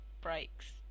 breaks